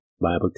Bible